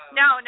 no